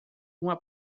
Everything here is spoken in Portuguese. uma